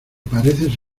pareces